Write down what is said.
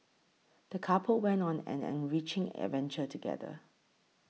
the couple went on an enriching adventure together